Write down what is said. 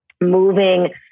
moving